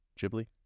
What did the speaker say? Ghibli